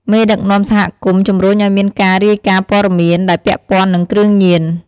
មេដឹកនាំសហគមន៍ជំរុញឱ្យមានការរាយការណ៍ព័ត៌មាន ដែលពាក់ព័ន្ធនិងគ្រឿងញៀន។